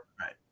Right